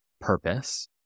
purpose